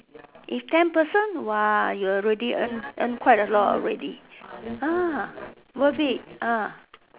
if ten person !wah! you already earn earn quite a lot already ah worth it ah